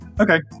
Okay